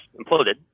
imploded